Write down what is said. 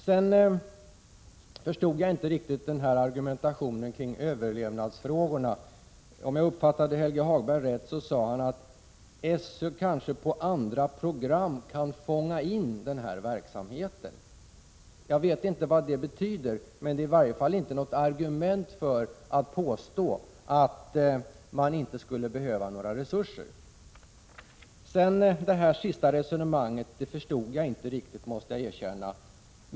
Jag förstod inte riktigt argumentationen kring överlevnadsfrågorna. Om jag uppfattade Helge Hagberg rätt, sade han att SÖ kanske på andra program kan fånga upp den här verksamheten. Jag vet inte vad det betyder, men det är i varje fall inte något argument som ger underlag för att påstå att man inte skulle behöva några resurser. Det sista resonemanget som Helge Hagberg förde förstod jag inte heller riktigt, måste jag erkänna.